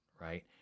right